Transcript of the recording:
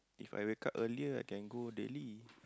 If I wake up earlier I can go daily